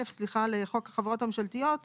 לחוק החברות הממשלתיות כתוב: